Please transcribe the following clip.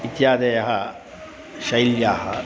इत्यादयः शैल्याः